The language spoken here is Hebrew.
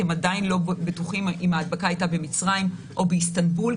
הם עדיין לא בטוחים אם ההדבקה הייתה במצרים או באיסטנבול,